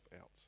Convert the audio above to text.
out